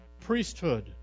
Priesthood